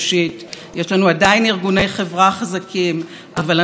אבל אנחנו בצעדי ענק מתקרבים למקום הזה,